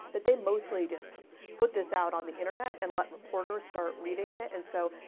but they mostly just put this out on the internet and let reporters start reading it. and so,